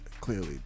clearly